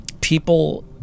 people